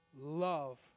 Love